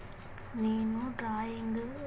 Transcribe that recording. నేను డ్రాయింగ్